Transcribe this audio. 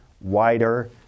wider